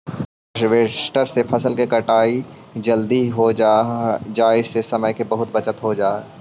harvester से फसल के कटाई जल्दी हो जाई से समय के बहुत बचत हो जाऽ हई